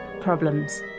Problems